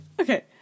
Okay